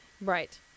Right